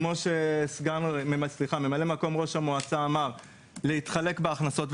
כמו שממלא מקום ראש המועצה אמר, להתחלק בהכנסות.